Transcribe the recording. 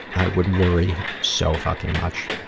i would worry so fucking much,